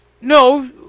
no